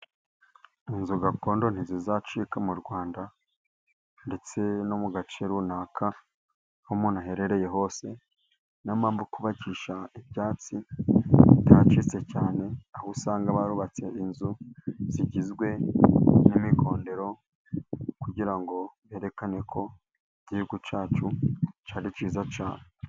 Inzu gakondo ntizizacika mu Rwanda ndetse no mu gace runaka aho umuntu aherereye hose, niyo mpamvu kubacisha ibyatsi bitacitse cyane aho usanga barubatse inzu zigizwe n'imigodero kugira ngo berekane ko igihugu cyacu ko ari cyiza cyane.